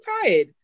tired